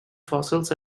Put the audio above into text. fossils